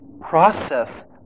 process